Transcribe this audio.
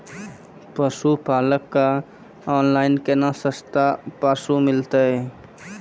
पशुपालक कऽ ऑनलाइन केना सस्ता पसु मिलतै?